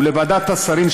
ולוועדת השרים,